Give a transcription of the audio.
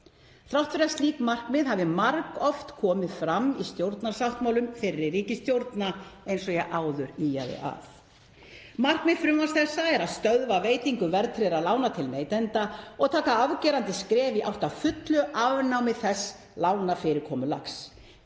þrátt fyrir að slík markmið hafi margoft komið fram í stjórnarsáttmálum fyrri ríkisstjórna eins og ég áður ýjaði að. Markmið frumvarps þessa er að stöðva veitingu verðtryggðra lána til neytenda og stíga afgerandi skref í átt að fullu afnámi þess lánafyrirkomulags.